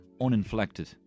Uninflected